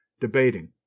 debating